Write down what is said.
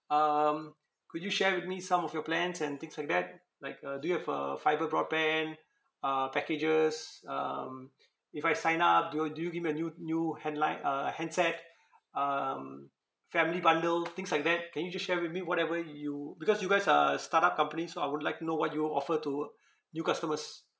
um could you share with me some of your plans and things like that like uh do you have a fibre broadband uh packages um if I sign up do your do you give me a new new hand~ like uh handset um family bundle things like that can you just share with me whatever y~ you because you guys are a start up company so I would like to know what you offer to new customers